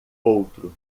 outro